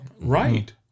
Right